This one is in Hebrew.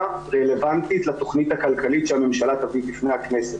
רלוונטית לתכנית הכלכלית שהממשלה תביא בפני הכנסת.